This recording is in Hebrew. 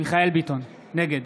מיכאל מרדכי ביטון, נגד